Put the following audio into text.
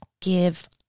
give